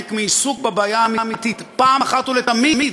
מעיסוק בבעיה האמיתית אחת ולתמיד.